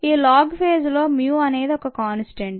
ఈ log phase లో mu అనేది ఒక కాన్స్టాంట్